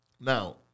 Now